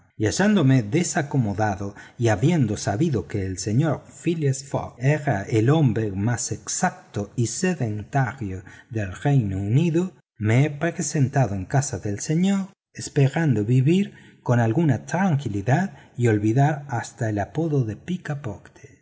y hallándome desacomodado y habiendo sabido que el señor phileas fogg era el hombre más exacto y sedentario del reino unido me he presentado en casa del señor esperando vivir con tranquilidad y olvidar hasta el apodo de picaporte